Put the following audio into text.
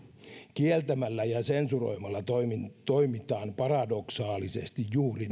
kieltämällä ja sensuroimalla toimitaan toimitaan paradoksaalisesti juuri